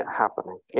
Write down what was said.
happening